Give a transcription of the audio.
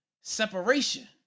separation